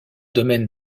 domaine